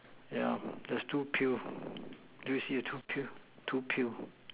yeah there's two pill do you see a two pill two pill